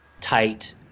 tight